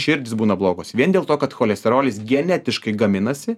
širdys būna blogos vien dėl to kad cholesterolis genetiškai gaminasi